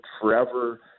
forever –